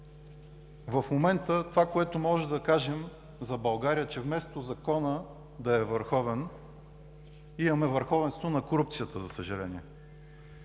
В момента това, което можем да кажем за България, е, че вместо Законът да е върховен имаме върховенство на корупцията, за съжаление.